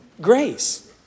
grace